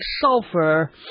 sulfur